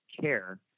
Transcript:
care